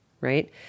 right